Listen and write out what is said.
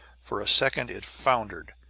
for a second it floundered,